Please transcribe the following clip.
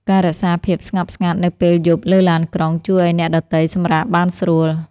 ការរក្សាភាពស្ងប់ស្ងាត់នៅពេលយប់លើឡានក្រុង ជួយឱ្យអ្នកដទៃសម្រាកបានស្រួល។